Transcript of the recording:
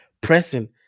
pressing